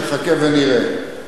נחכה ונראה.